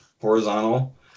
horizontal